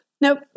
Nope